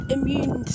Immune